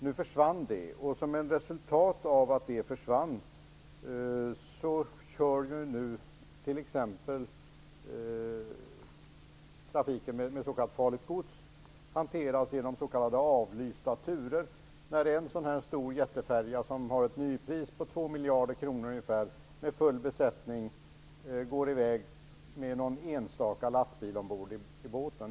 Nu försvann det, och som ett resultat av det hanteras farligt gods nu med s.k. avlysta turer: En jättefärja, som har ett nypris på ungefär 2 miljarder kronor, går iväg med full besättning och någon enstaka lastbil ombord i båten.